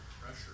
pressure